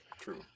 True